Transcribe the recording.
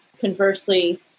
conversely